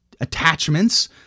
attachments